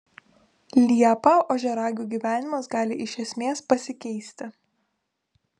liepą ožiaragių gyvenimas gali iš esmės pasikeisti